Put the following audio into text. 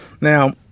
Now